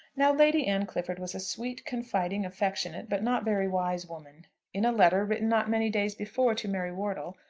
now lady anne clifford was a sweet, confiding, affectionate, but not very wise woman. in a letter, written not many days before to mary wortle,